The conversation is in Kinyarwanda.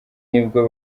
nibwo